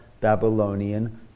Babylonian